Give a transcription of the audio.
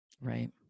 Right